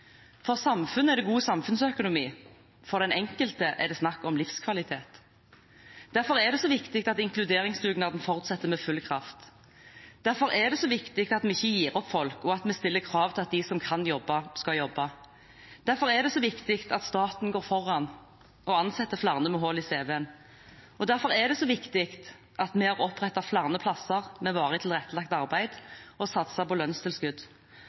For samfunnet er det god samfunnsøkonomi. For den enkelte er det snakk om livskvalitet. Derfor er det så viktig at inkluderingsdugnaden fortsetter med full kraft. Derfor er det så viktig at vi ikke gir opp folk og at vi stiller krav til at de som kan jobbe, skal jobbe. Derfor er det så viktig at staten går foran og ansetter flere med hull i cv-en. Derfor er det så viktig at vi har opprettet flere plasser med varig tilrettelagt arbeid og satset på lønnstilskudd.